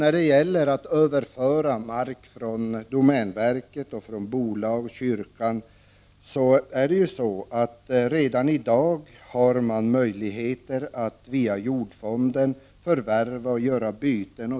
När det gäller överföring av mark från domänverket, från bolag och från kyrkan finns redan i dag möjligheter att via jordfonden förvärva och göra byten.